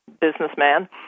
businessman